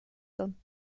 son